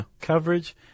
coverage